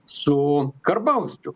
su karbauskiu